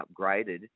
upgraded